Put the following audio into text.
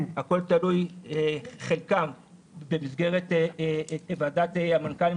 חלקן במסגרת ועדת המנכ"לים,